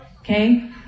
okay